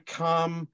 come